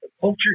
culture